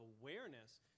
awareness